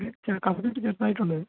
കഫക്കെട്ട് ചെറുതായിട്ടുണ്ട്